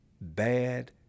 bad